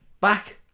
back